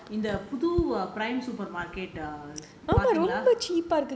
அப்புறம் வந்து இந்த புது:appuram vanthu intha puthu